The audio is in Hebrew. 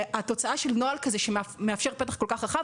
התוצאה של נוהל כזה שמאפשר פתח כל כך רחב,